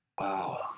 Wow